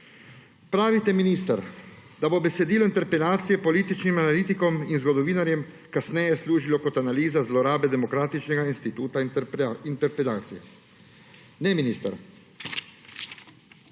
Pravite, minister, da bo besedilo interpelacije političnim analitikom in zgodovinarjem kasneje služilo kot analiza zlorabe demokratičnega instituta interpelacije. Ne, minister!